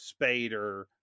Spader